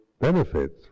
benefits